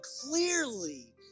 clearly